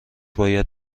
باید